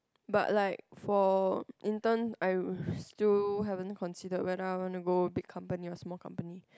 but like for intern I still haven't considered whether I want to go big company or small company